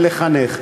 לחנך,